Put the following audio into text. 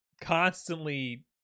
constantly